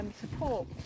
support